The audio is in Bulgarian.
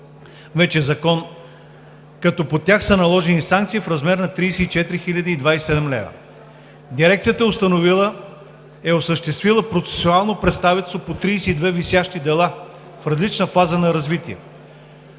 интереси, като по тях са наложени санкции в размер на 34 027 лв. Дирекцията е осъществила процесуално представителство по 32 висящи дела в различна фаза на развитие.